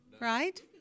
Right